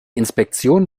inspektion